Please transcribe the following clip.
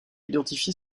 identifier